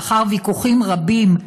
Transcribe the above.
לאחר ויכוחים רבים,